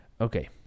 Okay